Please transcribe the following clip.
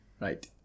right